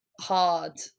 hard